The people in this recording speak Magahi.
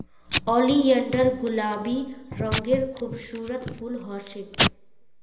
ओलियंडर गुलाबी रंगेर खूबसूरत फूल ह छेक